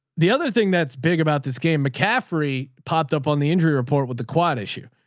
the other thing that's big about this game, mccaffrey popped up on the injury report with the quad issue.